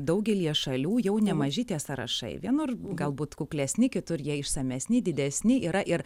daugelyje šalių jau nemaži tie sąrašai vienur galbūt kuklesni kitur jie išsamesni didesni yra ir